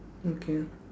okay